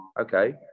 okay